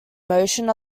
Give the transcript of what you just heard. motion